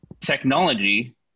technology